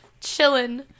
Chilling